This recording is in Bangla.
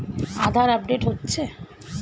আধার আপডেট হচ্ছে?